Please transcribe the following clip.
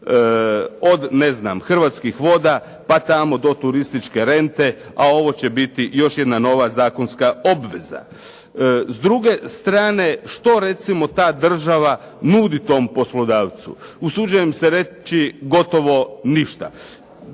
od ne znam Hrvatskih voda pa tamo do turističke rente a ovo će biti još jedna nova zakonska obveza. S druge strane, što recimo ta država nudi tom poslodavcu. Usuđujem se reći gotovo ništa,